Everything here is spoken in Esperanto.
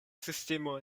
sistemo